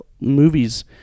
movies